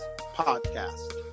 podcast